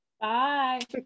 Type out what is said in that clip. Bye